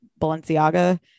balenciaga